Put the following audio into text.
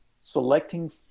selecting